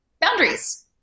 boundaries